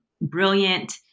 brilliant